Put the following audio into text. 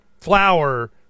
flour